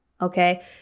Okay